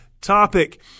topic